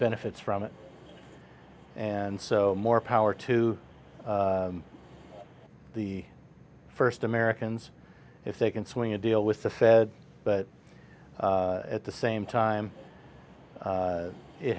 benefits from it and so more power to the first americans if they can swing a deal with the fed but at the same time